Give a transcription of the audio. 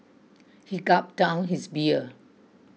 he gulped down his beer